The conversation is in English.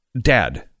Dad